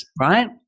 right